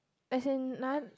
as in non